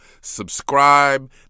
Subscribe